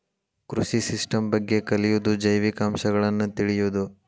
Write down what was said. ಕೃಷಿ ಸಿಸ್ಟಮ್ ಬಗ್ಗೆ ಕಲಿಯುದು ಜೈವಿಕ ಅಂಶಗಳನ್ನ ತಿಳಿಯುದು